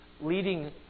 leading